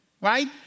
right